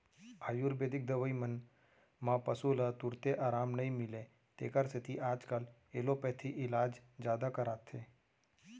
आयुरबेदिक दवई मन म पसु ल तुरते अराम नई मिलय तेकर सेती आजकाल एलोपैथी इलाज जादा कराथें